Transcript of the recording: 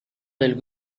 del